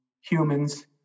humans